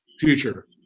future